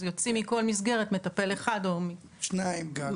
יוצאים מכל מסגרת מטפל אחד או --- שניים גג.